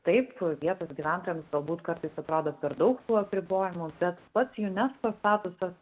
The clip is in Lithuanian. taip vietos gyventojams galbūt kartais atrodo per daug tų apribojimų bet pats unesco statusas